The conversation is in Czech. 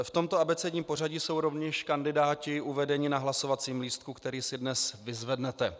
V tomto abecedním pořadí jsou rovněž kandidáti uvedeni na hlasovacím lístku, který si dnes vyzvednete.